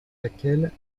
laquelle